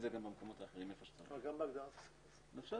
אפשר